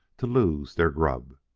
to lose their grub.